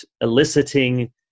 eliciting